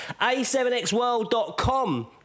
a7xworld.com